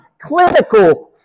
clinical